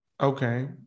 Okay